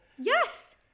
yes